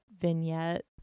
vignette